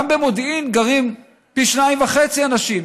גם במודיעין גרים פי שניים וחצי אנשים.